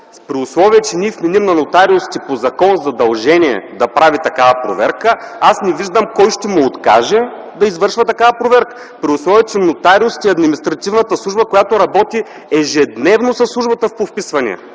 При условие че ние вменим на нотариуса по закон задължение да прави такава проверка, аз не виждам кой ще му откаже да извършва такава проверка, при условие, че нотариусите, административната служба, работят ежедневно със Службата по вписвания,